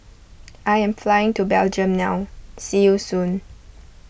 I am flying to Belgium now see you soon